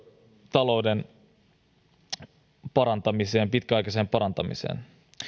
talouden pitkäaikaiseen parantamiseen